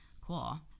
Cool